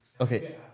Okay